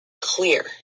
clear